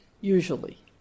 usually